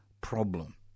problem